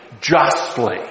justly